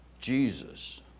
Jesus